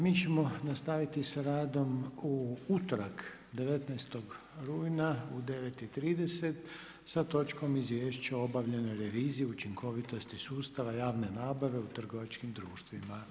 Mi ćemo nastaviti sa radom u utorak 19. rujna u 9,30 sa točkom Izvješće o obavljenoj reviziji učinkovitosti sustava javne nabave u trgovačkim društvima.